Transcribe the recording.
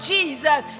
Jesus